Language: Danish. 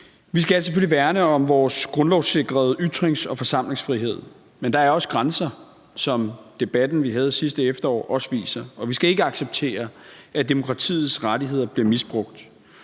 Vi skal selvfølgelig værne om vores grundlovssikrede ytrings- og forsamlingsfrihed, men der er også grænser, som debatten, vi havde sidste efterår, også viser, og vi skal ikke acceptere, at demokratiets rettigheder bliver misbrugt.